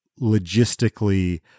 logistically